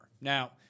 Now